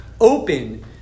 open